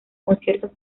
conciertos